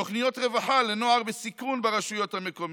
תוכניות רווחה לנוער בסיכון ברשויות המקומיות,